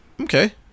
Okay